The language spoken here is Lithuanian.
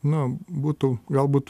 na būtų galbūt